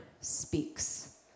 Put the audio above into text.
speaks